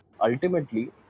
ultimately